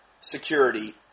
security